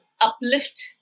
uplift